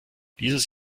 dieses